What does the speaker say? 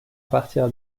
partir